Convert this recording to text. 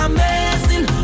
Amazing